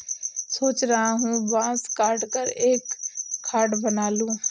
सोच रहा हूं बांस काटकर एक खाट बना लूं